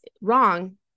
wrong